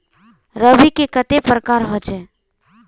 रवि के कते प्रकार होचे?